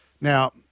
Now